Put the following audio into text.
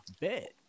bet